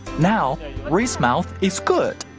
now ray's mouth is good.